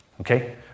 Okay